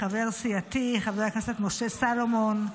חבר סיעתי חבר הכנסת משה סלומון,